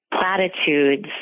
platitudes